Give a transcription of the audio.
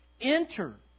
Enter